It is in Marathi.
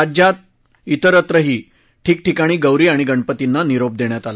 राज्यात त्रिरत्रही ठिकठिकाणी गौरी आणि गणपतींना निरोप देण्यात आला